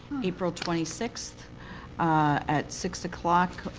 april twenty six at six o'clock,